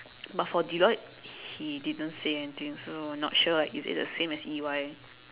but for Deloitte he didn't say anything so not sure is it the same as E_Y